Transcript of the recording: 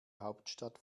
hauptstadt